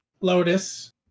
Lotus